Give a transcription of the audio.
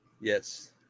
Yes